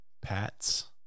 Pats